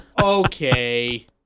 Okay